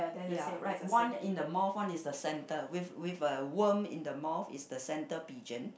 ya right one in the mouth one is the center with with uh worm in the mouth is the center pigeon